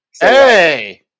Hey